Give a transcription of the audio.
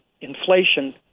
inflation